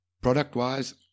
Product-wise